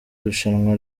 irushanwa